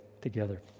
together